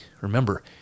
Remember